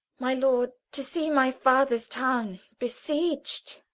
my lord, to see my father's town besieg'd,